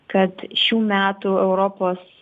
kad šių metų europos